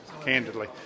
candidly